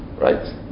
right